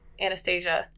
Anastasia